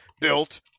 Built